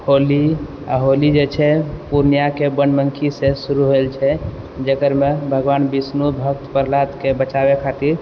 होली आओर होली जे छै पूर्णियाके बनमुखीसँ शुरू होयल छै जकरमे भगवान विष्णु भक्त प्रह्लादके बचाबे खातिर